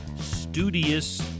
studious